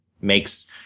makes